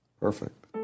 Perfect